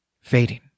fading